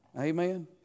Amen